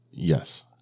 Yes